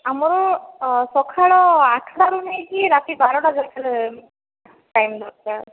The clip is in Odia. ଆମର ସକାଳ ଆଠ ଟାରୁ ନେଇକି ରାତି ବାର ଟା ପର୍ଯ୍ୟନ୍ତ ଟାଇମ ଦରକାର